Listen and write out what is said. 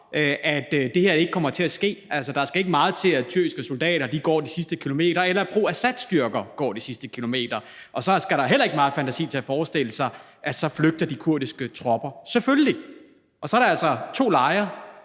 at det her ikke kommer til at ske? Der skal ikke meget til, før de tyrkiske soldater går de sidste kilometer, eller at pro Assad-styrker går de sidste kilometer, og så skal der heller ikke meget fantasi til at forestille sig, at så flygter de kurdiske tropper. Selvfølgelig. Og så er der altså to lejre,